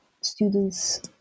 students